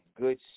good